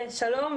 שלום.